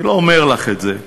אני לא אומר לך את זה,